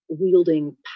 wielding